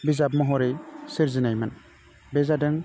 बिजाब महरै सोरजिनायमोन बे जादों